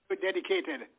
Dedicated